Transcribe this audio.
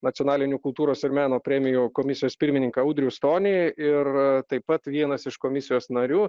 nacionalinių kultūros ir meno premijų komisijos pirmininką audrių stonį ir taip pat vienas iš komisijos narių